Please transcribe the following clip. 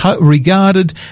regarded